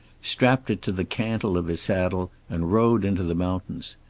strapped it to the cantle of his saddle, and rode into the mountains.